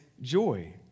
joy